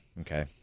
Okay